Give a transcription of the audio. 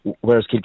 Whereas